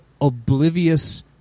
oblivious